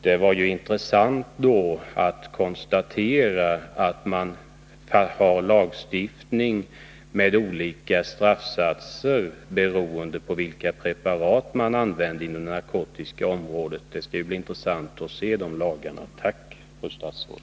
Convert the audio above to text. Det var intressant att konstatera att det finns lagstiftning med olika straffsatser beroende på vilka preparat man använder inom det narkotiska området. Det skall bli intressant att se de lagarna. Tack fru statsråd!